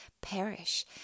perish